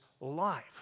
life